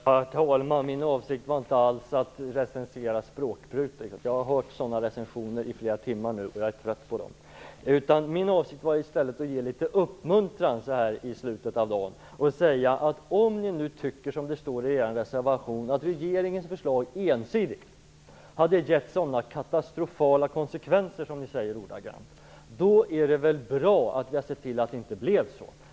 Herr talman! Min avsikt var inte alls att recensera språkbruket. Jag har hört sådana i flera timmar nu, och jag är trött på dem. Min avsikt var i stället att ge litet uppmuntran så här i slutet på dagen. Om ni tycker, som det står i er reservation, att regeringens förslag hade gett så katastrofala konsekvenser, då är det väl bra att vi har sett till att det inte blev så.